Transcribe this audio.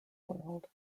world